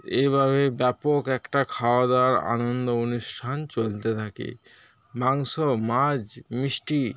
এইভাবে ব্যাপক একটা খাওয়া দাওয়ার আনন্দ অনুষ্ঠান চলতে থাকে মাংস মাছ মিষ্টি